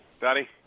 Daddy